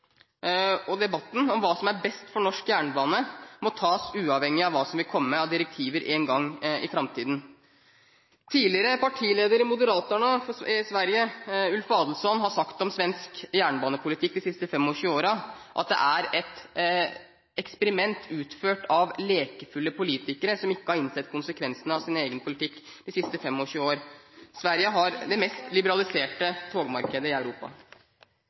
og debatten om hva som er best for norsk jernbane, må tas, uavhengig av hva som vil komme av direktiver en gang i framtiden. Tidligere partileder i Moderaterna i Sverige, Ulf Adelsohn, har sagt om svensk jernbanepolitikk de siste 25 årene at det er et eksperiment utført av «lekfulla» politikere som ikke har innsett konsekvensene av sin egen politikk de siste 25 år. Sverige har det mest liberaliserte togmarkedet i Europa.